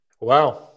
wow